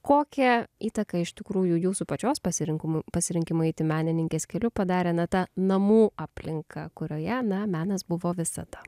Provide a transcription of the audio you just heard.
kokią įtaką iš tikrųjų jūsų pačios pasirinkome pasirinkimą eiti menininkės keliu padarė nata namų aplinka kurioje na menas buvo visada